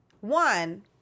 One